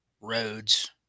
roads